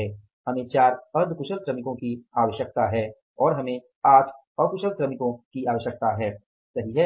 है हमें चार अर्ध कुशल श्रमिकों की आवश्यकता है और हमें आठ अकुशल श्रमिकों आवश्यकता है सही है